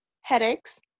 Headaches